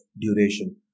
duration